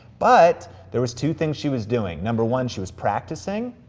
but there was two things she was doing. number one, she was practicing,